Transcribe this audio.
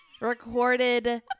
recorded